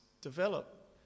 develop